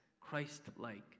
Christ-like